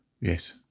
Yes